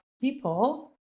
people